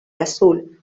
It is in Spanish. azul